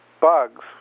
bugs